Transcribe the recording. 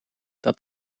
dat